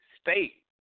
state